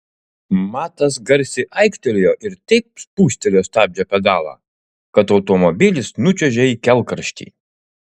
matas garsiai aiktelėjo ir taip spustelėjo stabdžio pedalą kad automobilis nučiuožė į kelkraštį